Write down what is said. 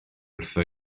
wrtha